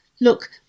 look